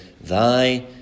thy